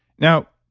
now,